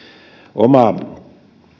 oma